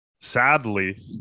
sadly